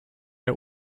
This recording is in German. der